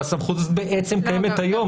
והסמכות הזאת קיימת היום.